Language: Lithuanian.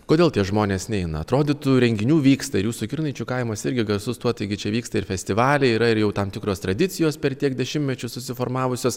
kodėl tie žmonės neina atrodytų renginių vyksta jūsų kirnaičių kaimas irgi garsus tuo taigi čia vyksta ir festivaliai yra ir jau tam tikros tradicijos per tiek dešimtmečių susiformavusios